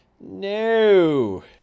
No